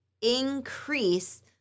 increase